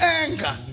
anger